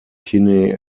kinney